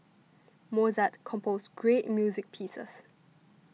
Mozart composed great music pieces